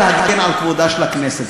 להגן פה על כבודה של הכנסת,